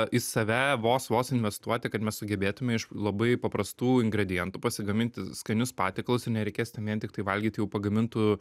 į save vos vos investuoti kad mes sugebėtume iš labai paprastų ingredientų pasigaminti skanius patiekalus ir nereikės ten vien tiktai valgyti jau pagamintų